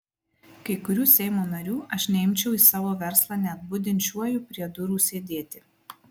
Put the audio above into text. kai kurių seimo narių aš neimčiau į savo verslą net budinčiuoju prie durų sėdėti